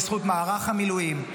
בזכות מערך המילואים,